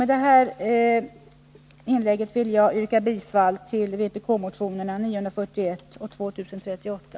Med detta vill jag yrka bifall till vpk-motion 2038.